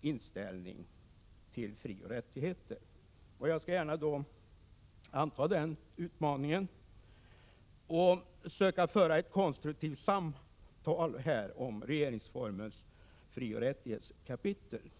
inställning till frioch rättigheter. Jag skall gärna anta den utmaningen och här försöka föra ett konstruktivt samtal om regeringsformens frioch rättighetskapitel.